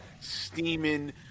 steaming